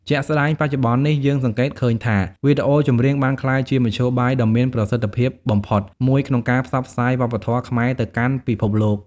ជាក់ស្តែងបច្ចុប្បន្ននេះយើងសង្កេតឃើញថា វីដេអូចម្រៀងបានក្លាយជាមធ្យោបាយដ៏មានប្រសិទ្ធភាពបំផុតមួយក្នុងការផ្សព្វផ្សាយវប្បធម៌ខ្មែរទៅកាន់ពិភពលោក។